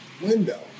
window